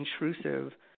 intrusive